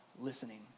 listening